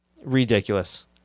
Ridiculous